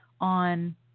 on